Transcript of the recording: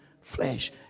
flesh